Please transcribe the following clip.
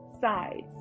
sides